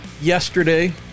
Yesterday